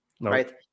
right